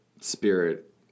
spirit